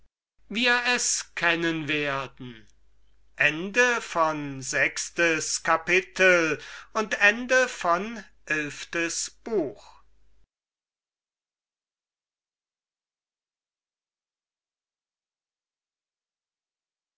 wir es kennen werden erstes kapitel